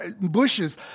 bushes